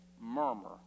murmur